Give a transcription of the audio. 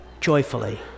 joyfully